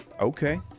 okay